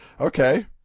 okay